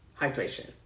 hydration